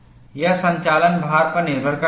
यह संचालन भार पर निर्भर करता है